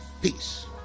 Peace